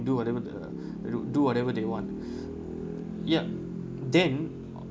do whatever the do whatever they want yup then